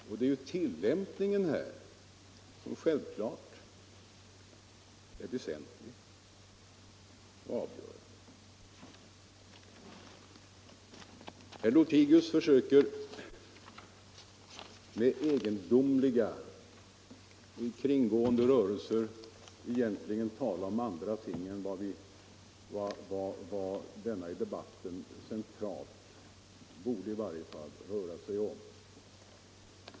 Och det är tillämpningen som självfallet är väsentlig 2 december 1974 och avgörande. Herr Lothigius försöker med egendomliga kringgående rörelser egent — Ang. rätten att ligen tala om andra ting än vad denna debatt centralt borde röra sig använda vissa s.k. om.